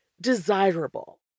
desirable